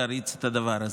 להריץ את הדבר הזה.